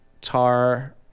Tar